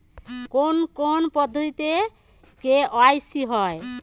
কোন কোন পদ্ধতিতে কে.ওয়াই.সি হয়?